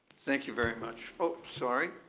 thank you very much. oh, sorry.